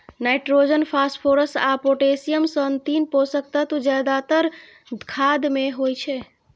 nitrogen, phosphorus आ potassium सन तीन पोषक तत्व जादेतर खाद मे होइ छै